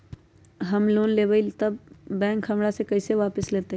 हम लोन लेलेबाई तब बैंक हमरा से पैसा कइसे वापिस लेतई?